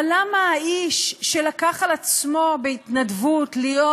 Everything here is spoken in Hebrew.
אבל למה האיש שלקח על עצמו בהתנדבות להיות,